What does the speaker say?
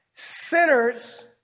Sinners